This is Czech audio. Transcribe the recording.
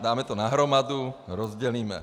Dáme to na hromadu, rozdělíme.